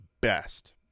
best